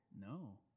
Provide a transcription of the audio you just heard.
No